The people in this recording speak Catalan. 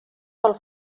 pel